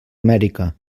amèrica